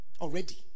Already